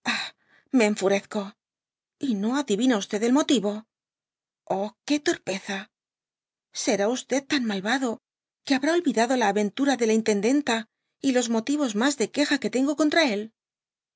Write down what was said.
me enfurezco y n adivina el motivo oh torpeza será ítan malvado que habrá olidado la aventura de la intendenta y los motivo mas de queja que tengo contra cd